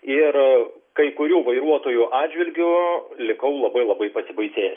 ir kai kurių vairuotojų atžvilgiu likau labai labai pasibaisėjęs